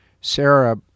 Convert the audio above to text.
Sarah